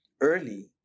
early